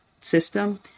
system